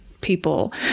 people